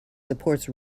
supports